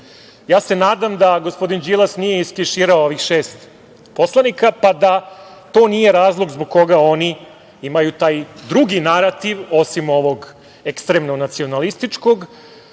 Ja se nadam da gospodin Đilas nije iskeširao ovih šest poslanika, pa da to nije razlog zbog koga oni imaju taj drugi narativ osim ovog ekstremno nacionalističkog,